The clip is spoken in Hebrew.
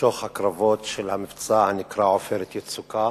שוך הקרבות של המבצע הנקרא "עופרת יצוקה".